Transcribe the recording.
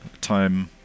time